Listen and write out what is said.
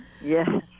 yes